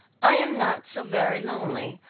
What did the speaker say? i am not so very lonely,